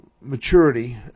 maturity